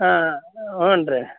ಹಾಂ ಹ್ಞೂ ರೀ